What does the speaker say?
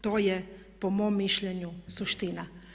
To je po mom mišljenju suština.